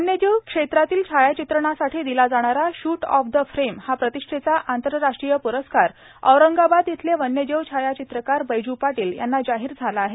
वन्यजीव क्षेत्रातील छायाचित्रणासाठी दिला जाणारा शूट ऑफ द फ्रेम हा प्रतिष्ठेचा आंतरराष्ट्रीय प्रस्कार औरंगाबाद इथले वन्यजीव छायाचित्रकार बैजू पाटील यांना जाहीर झाला आहे